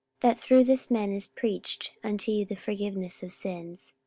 that through this man is preached unto you the forgiveness of sins